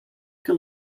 que